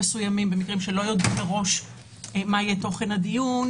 שלא יודעים מראש מה יהיה תוכן הדיון,